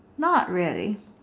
not really